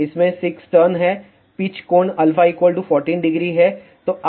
इसमें 6 टर्न हैं पिच कोण α 140 है